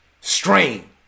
strain